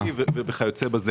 -- מפגע תברואתי וכיוצא בזה.